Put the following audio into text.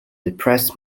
depressed